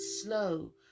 slow